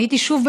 פניתי שוב,